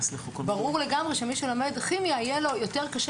ברור לגמרי שמי שלומד כימיה יהיה לו יותר קשה